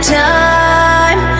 time